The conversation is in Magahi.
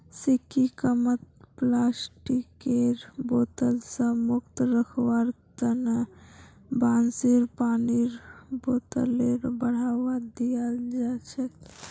सिक्किमत प्लास्टिकेर बोतल स मुक्त रखवार तना बांसेर पानीर बोतलेर बढ़ावा दियाल जाछेक